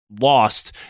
lost